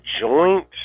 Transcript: joint